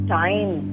time